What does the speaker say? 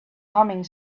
humming